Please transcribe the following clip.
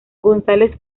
gonzález